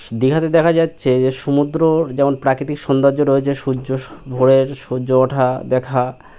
দীঘাতে দেখা যাচ্ছে যে সমুদ্রর যেমন প্রাকৃতিক সৌন্দর্য রয়েছে সূর্য ভোরের সূর্য ওঠা দেখা